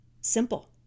Simple